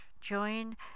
Join